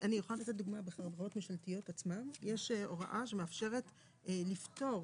בחברות ממשלתיות עצמן יש הוראה שמאפשרת לפטור